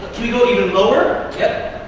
we go even lower? yep.